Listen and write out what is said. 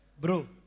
bro